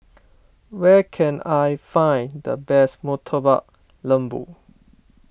where can I find the best Murtabak Lembu